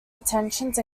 attentions